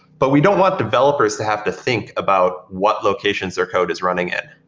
but we don't want developers to have to think about what locations their code is running in.